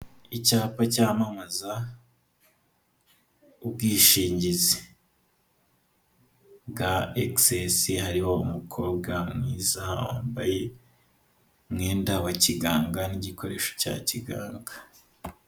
Icyapa cyamamaza ubwishingizi bwa egisesi, hariho umukobwa mwiza wambaye umwenda wa kiganga n'igikoresho cya kiganga.